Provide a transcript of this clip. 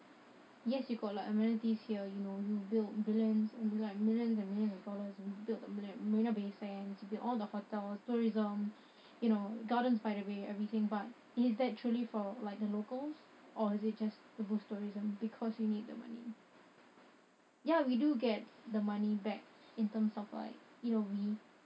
yes you got like amenities here you built billions and like millions and millions of dollars and you built the marina bay sands you built all the hotels tourism you know gardens by the bay everything but is that truly for like the locals or is it just to boost tourism because you need the money ya we do get the money back in terms of like you know we